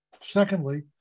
Secondly